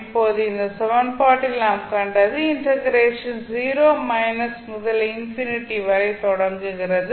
இப்போது இந்த சமன்பாட்டில் நாம் கண்டது இண்டெக்ரேஷன் 0 முதல் இன்ஃபினிட்டி வரை தொடர்கிறது